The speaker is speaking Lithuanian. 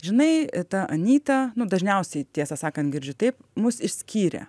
žinai ta anyta nu dažniausiai tiesą sakant girdžiu taip mus išskyrė